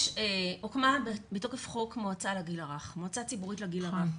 הוקמה בתוקף חוק מועצה ציבורית גיל הרך.